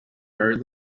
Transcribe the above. very